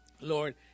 Lord